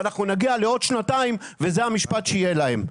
אנחנו נגיע לעוד שנתיים וזה המשפט שיהיה להם להגיד.